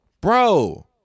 Bro